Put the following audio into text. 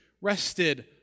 rested